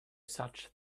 such